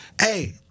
hey